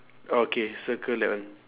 okay circle that one